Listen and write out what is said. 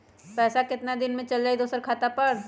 पैसा कितना दिन में चल जाई दुसर खाता पर?